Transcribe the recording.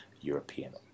European